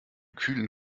kühlen